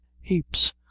heaps